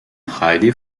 heidi